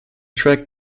track